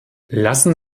lassen